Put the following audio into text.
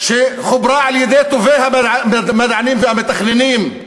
שחוברה על-ידי טובי המדענים והמתכננים,